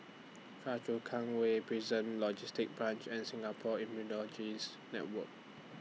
Choa Chu Kang Way Prison Logistic Branch and Singapore Immunology's Network